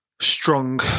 strong